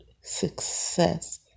success